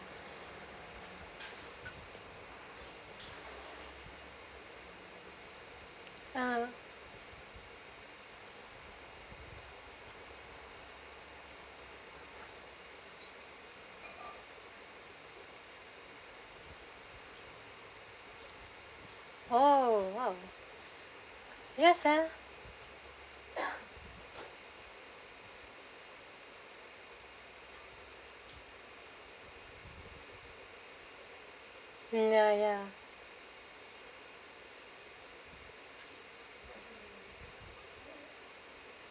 oh oh !wow! yes ah ya ya